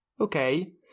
Okay